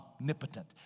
omnipotent